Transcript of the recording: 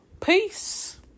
Peace